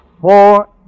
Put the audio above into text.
four